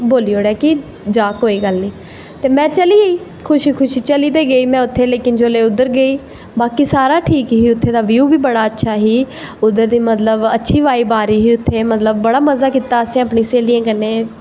बोल्ली ओड़ेआ कि जा कोई गल्ल नी ते में चली गेई खुशी खुशी चली ते गेई उत्थें लेकिन जिसलै उध्दर गेई बाकी सारा ठीक हा उत्थां दा ब्यू बी अच्छा ही उध्दर दी मतलव अच्छी वाईव आ दी ही उध्दर दी मतलव बड़ी मज़ा कीता असैं अपनी स्हेलियैं कन्नैं